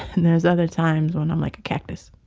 and there's other times when i'm like a cactus.